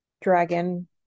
Dragon